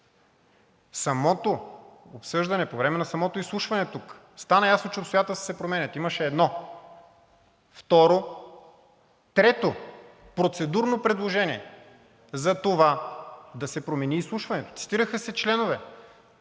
самото обсъждане, по време на самото изслушване тук, стана ясно, че обстоятелствата се променят. Имаше едно, второ, трето процедурно предложение за това да се промени изслушването, цитираха се членове